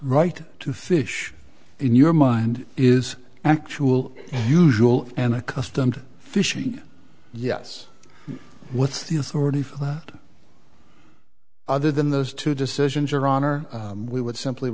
right to fish in your mind is actual usual and accustomed fishing yes what's the authority for that other than those two decisions your honor we would simply